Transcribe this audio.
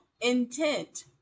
intent